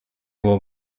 will